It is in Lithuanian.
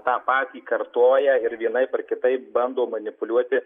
tą patį kartoja ir vienaip ar kitaip bando manipuliuoti